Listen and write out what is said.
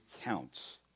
counts